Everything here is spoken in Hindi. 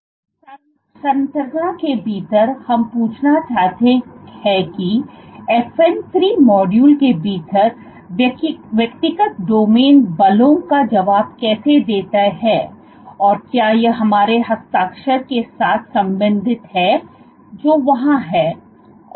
इस तरह संरचना के भीतर हम पूछना चाहते थे की f n 3 मॉड्यूल के भीतर व्यक्तिगत डोमेन बलों का जवाब कैसे देते हैं और क्या यह हमारे हस्ताक्षर के साथ संबंधित है जो वहां है